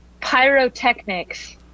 pyrotechnics